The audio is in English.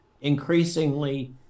increasingly